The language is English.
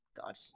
God